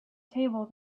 table